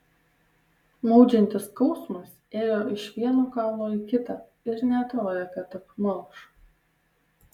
maudžiantis skausmas ėjo iš vieno kaulo į kitą ir neatrodė kad apmalš